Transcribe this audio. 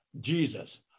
Jesus